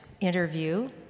interview